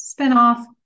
spinoff